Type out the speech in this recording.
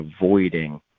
avoiding